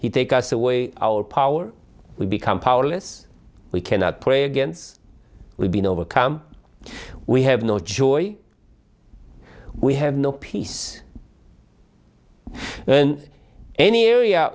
he take us away our power we become powerless we cannot pray against we been overcome we have no joy we have no peace in any area